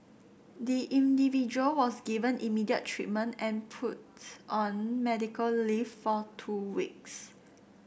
the individual was given immediate treatment and put on medical leave for two weeks